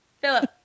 Philip